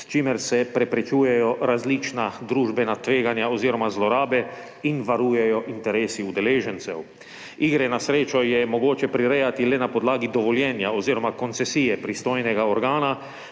s čimer se preprečujejo različna družbena tveganja oziroma zlorabe in varujejo interesi udeležencev. Igre na srečo je mogoče prirejati le na podlagi dovoljenja oziroma koncesije pristojnega organa,